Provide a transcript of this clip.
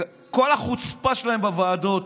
כל החוצפה שלהם בוועדות,